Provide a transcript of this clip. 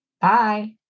Bye